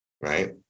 right